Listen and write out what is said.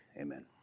amen